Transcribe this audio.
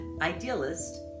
idealist